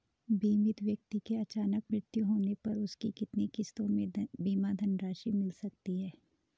बीमित व्यक्ति के अचानक मृत्यु होने पर उसकी कितनी किश्तों में बीमा धनराशि मिल सकती है?